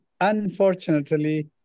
Unfortunately